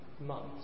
months